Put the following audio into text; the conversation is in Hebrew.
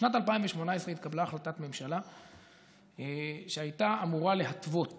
בשנת 2018 התקבלה החלטת ממשלה שהייתה אמורה להתוות